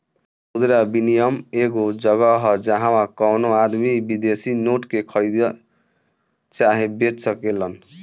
मुद्रा विनियम एगो जगह ह जाहवा कवनो आदमी विदेशी नोट के खरीद चाहे बेच सकेलेन